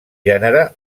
gènere